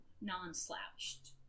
non-slouched